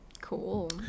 Cool